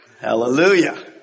Hallelujah